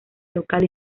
local